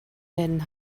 den